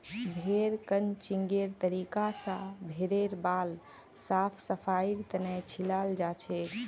भेड़ क्रचिंगेर तरीका स भेड़ेर बाल साफ सफाईर तने छिलाल जाछेक